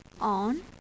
on